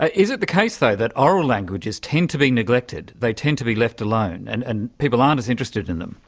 ah is it the case though that oral languages tend to be neglected, they tend to be left alone and and people aren't as interested in them?